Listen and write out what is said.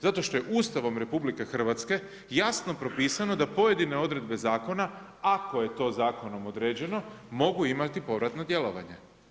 Zato što je Ustavom RH jasno propisano da pojedine odredbe zakona ako je to zakonom određeno mogu imati povratno djelovanje.